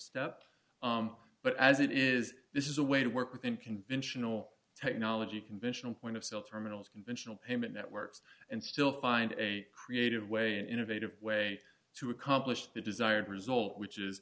step but as it is this is a way to work within conventional technology conventional point of sale terminals conventional payment networks and still find a creative way innovative way to accomplish the desired result which is